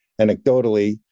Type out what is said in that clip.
anecdotally